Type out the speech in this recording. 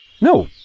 No